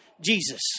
Jesus